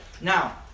Now